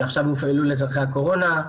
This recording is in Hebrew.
שעכשיו הופעלו לצרכי הקורונה.